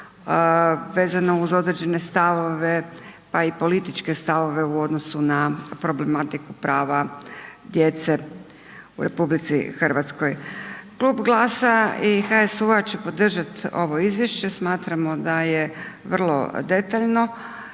pa i političke stavove pa i političke stavove u odnosu na problematiku prava djece u RH. Klub GLAS-a i HSU-u će podržati ovo izvješće, smatramo da je vrlo detaljno,